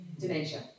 dementia